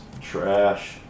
Trash